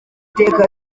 teka